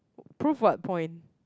prove what point